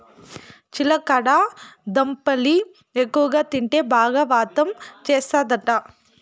చిలకడ దుంపల్ని ఎక్కువగా తింటే బాగా వాతం చేస్తందట